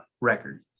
record